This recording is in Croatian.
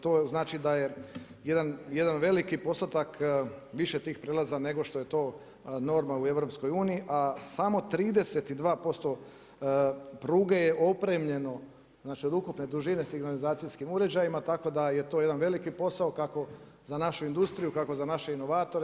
To znači da je jedan veliki postotak više tih prijelaza nego što je to norma u EU, a samo 32% pruge je opremljeno, znači od ukupne dužine signalizacijskim uređajima, tako da je to jedan veliki posao kako za našu industriju, kako za naše inovatore.